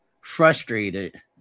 frustrated